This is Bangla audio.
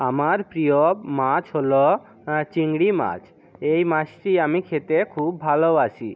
আমার প্রিয় মাছ হল চিংড়ি মাছ এই মাছটি আমি খেতে খুব ভালোবাসি